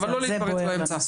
אבל לא להתפרץ באמצע.